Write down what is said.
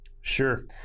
Sure